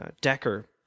Decker